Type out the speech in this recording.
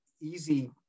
easy